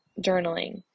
journaling